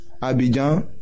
Abidjan